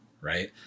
right